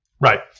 Right